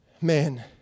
Man